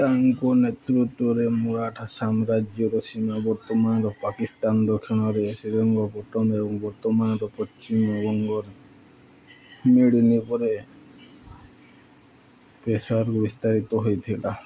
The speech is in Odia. ତାଙ୍କ ନେତୃତ୍ୱରେ ମରାଠା ସାମ୍ରାଜ୍ୟର ସୀମା ବର୍ତ୍ତମାନର ପାକିସ୍ତାନ ଦକ୍ଷିଣରେ ଶ୍ରୀରଙ୍ଗପଟ୍ଟନମ୍ ଏବଂ ବର୍ତ୍ତମାନର ପଶ୍ଚିମବଙ୍ଗର ମେଡ଼ିନିପୋରରେ ପେଶାୱାରକୁ ବିସ୍ତାରିତ ହୋଇଥିଲା